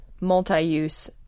multi-use